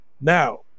Now